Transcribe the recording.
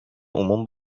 عموم